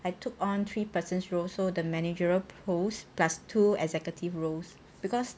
I took on three person roles so the managerial posts plus two executive roles because